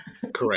Correct